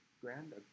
grand